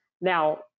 Now